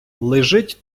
лежить